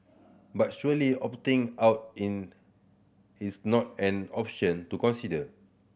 but surely opting out in is not an option to consider